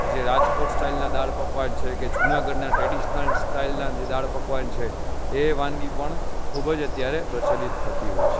જે રાજકોટ સ્ટાઈલના દાળ પકવાન છે કે જુનાગઢના ટ્રેડીશનલ સ્ટાઈલના જે દાળપકવાન છે એ વાનગી પણ ખૂબ જ અત્યારે પ્રચલિત થતી હોય છે